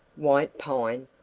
white pine,